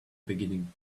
beginning